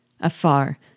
Afar